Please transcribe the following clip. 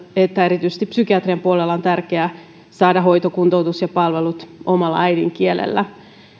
että erityisesti psykiatrian puolella on tärkeää saada hoito kuntoutus ja palvelut omalla äidinkielellä